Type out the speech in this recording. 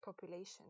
population